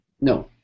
No